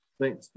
thanks